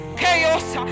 chaos